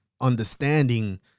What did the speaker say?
understanding